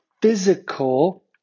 physical